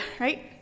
right